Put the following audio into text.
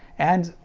and,